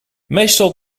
meestal